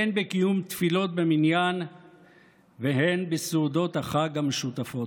הן בקיום תפילות במניין והן בסעודות החג המשותפות.